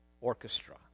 orchestra